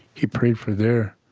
he prayed for their